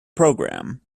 program